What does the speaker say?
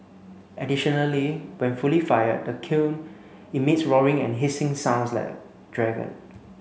additionally when fully fired the kiln emits roaring and hissing sounds like a dragon